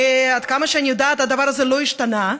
ועד כמה שאני יודעת הדבר הזה לא השתנה.